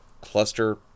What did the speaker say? cluster